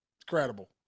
incredible